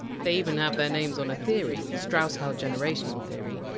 they even have their names on a theory, strauss-howe generational theory.